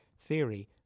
theory